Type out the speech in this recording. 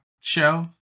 show